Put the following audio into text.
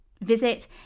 Visit